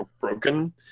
broken